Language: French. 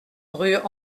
rue